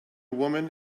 woman